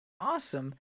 awesome